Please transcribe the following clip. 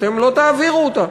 אתם לא תעבירו אותה.